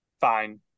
fine